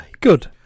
good